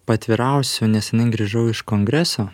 paatvirausiu nesenai grįžau iš kongreso